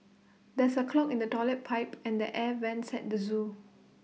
there is A clog in the Toilet Pipe and the air Vents at the Zoo